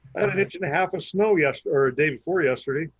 and an inch and a half of snow yesterday, or ah day before yesterday.